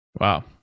Wow